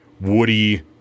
woody